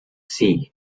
sea